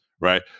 right